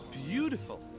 beautiful